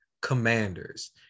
Commanders